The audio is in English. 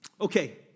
Okay